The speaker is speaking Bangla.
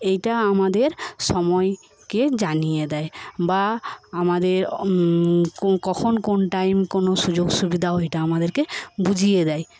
এইটা আমাদের সময়কে জানিয়ে দেয় বা আমাদের কখন কোন টাইম কোনো সুযোগ সুবিধাও এটা আমাদেরকে বুঝিয়ে দেয়